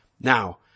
Now